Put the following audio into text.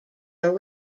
are